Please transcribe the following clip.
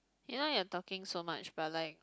you know you are talking so much but like